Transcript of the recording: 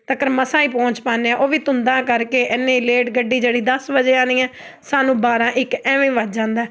ਤੱਕ ਮਸਾਂ ਹੀ ਪਹੁੰਚ ਪਾਉਂਦੇ ਹਾਂ ਉਹ ਵੀ ਧੁੰਦਾ ਕਰਕੇ ਇੰਨੀ ਲੇਟ ਗੱਡੀ ਜਿਹੜੀ ਦਸ ਵਜੇ ਆਉਣੀ ਹੈ ਸਾਨੂੰ ਬਾਰਾਂ ਇੱਕ ਐਵੇਂ ਵੱਜ ਜਾਂਦਾ